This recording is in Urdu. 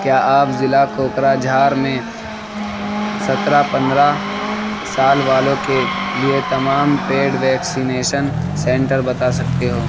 کیا آپ ضلع کوکراجھار میں سترہ پندرہ سال والوں کے لیے تمام پیڈ ویکسینیشن سینٹر بتا سکتے ہو